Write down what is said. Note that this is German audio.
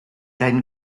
dein